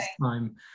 time